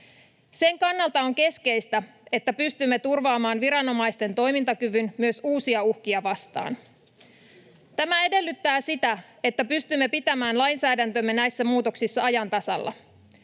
Sen kannalta on keskeistä, että pystymme turvaamaan viranomaisten toimintakyvyn myös uusia uhkia vastaan. Tämä edellyttää sitä, että pystymme pitämään lainsäädäntömme näissä muutoksissa ajan tasalla.